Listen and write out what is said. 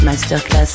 Masterclass